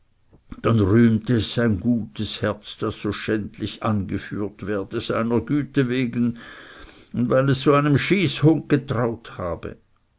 dann rühmte es sein gutes herz das so schändlich angeführt werde seiner güte wegen und weil es so einem schyßhung getraut habe